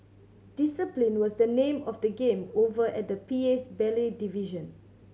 discipline was the name of the game over at the P A's ballet division